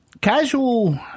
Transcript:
casual